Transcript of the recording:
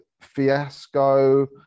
fiasco